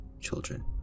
children